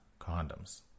condoms